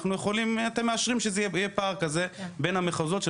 אתם מאשרים שיהיה פער כזה בין המחוזות.